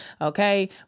Okay